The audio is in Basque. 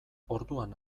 orduan